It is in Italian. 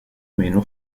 meno